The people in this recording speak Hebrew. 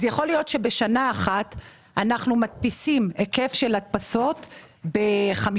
אז יכול להיות שבשנה אחת אנחנו מדפיסים היקף של הדפסות ב-5